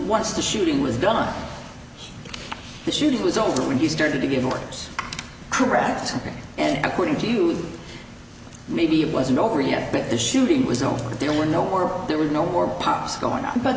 the shooting was done the shooting was over when you started to give orders correct and according to you maybe it wasn't over yet but the shooting was over there were no there was no war pops going on but